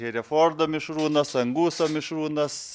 herefordo mišrūnas anguso mišrūnas